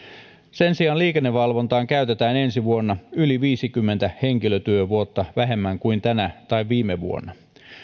sen sijaan liikennevalvontaan käytetään ensi vuonna yli viisikymmentä henkilötyövuotta vähemmän kuin tänä tai viime vuonna